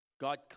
God